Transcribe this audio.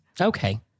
Okay